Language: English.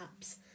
apps